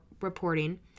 reporting